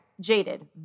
jaded